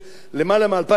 שלכולי עלמא היא עיר הקודש,